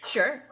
Sure